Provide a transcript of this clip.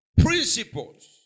principles